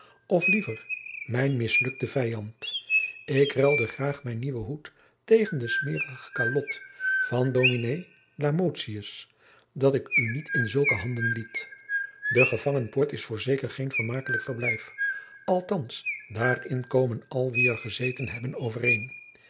of liever mijn mislukte vijand ik ruilde graag mijn nieuwen hoed tegen de smeerige kalot van ds lamotius dat ik u niet in zulke handen liet de gevangenpoort is voorzeker geen vermakelijk verblijf althands daarin komen al wie er gezeten hebben overeen